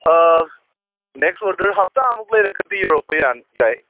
next order ꯍꯞꯇꯥꯃꯨꯛ ꯌꯧꯔꯒꯗꯤ ꯌꯥꯅꯤ ꯌꯥꯏ